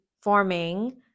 forming